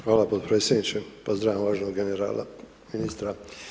Hvala potpredsjedniče, pozdravljam uvaženog generala i ministra.